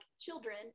children